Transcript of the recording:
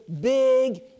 big